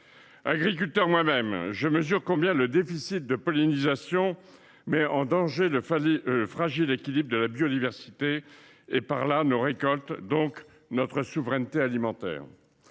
Agriculteur moi même, je mesure combien le déficit de pollinisation met en danger le fragile équilibre de la biodiversité et par là nos récoltes, donc notre souveraineté alimentaire.